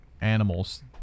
animals